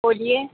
बोलिए